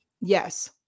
Yes